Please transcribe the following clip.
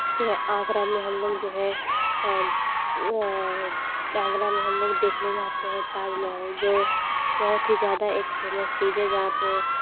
जो है आगरा में हम लोग जो है आगरा में हम लोग देखने में जाते हैं ताजमहल जो बहुत ही ज़्यादा एक फेमस चीज है जहाँ पे